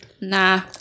Nah